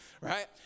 Right